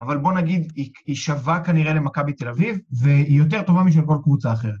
אבל בואו נגיד היא שווה כנראה למכבי תל אביב והיא יותר טובה משל כל קבוצה אחרת.